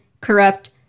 Corrupt